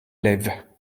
lèves